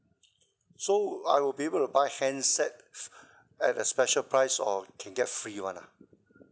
so I will be able to buy handset at a special price or can get free one ah